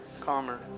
calmer